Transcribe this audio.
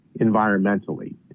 environmentally